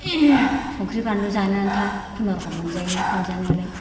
संख्रि बानलु जानो आन्था खुनुरखम मोनजायो मोनजानायालाय